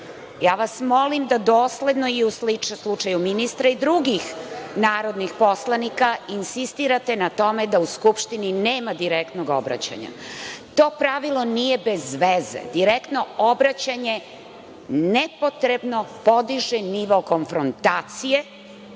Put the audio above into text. Ja vas molim da dosledno i u slučaju ministra i drugih narodnih poslanika insistirate na tome da u Skupštini nema direktnog obraćanja. To pravilo nije bez veze. Direktno obraćanje nepotrebno podiže nivo konfrontacije,